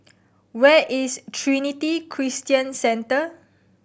where is Trinity Christian Centre